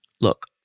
Look